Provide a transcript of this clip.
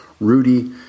Rudy